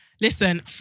Listen